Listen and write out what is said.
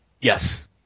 Yes